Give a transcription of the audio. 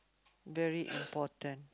very important